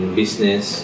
business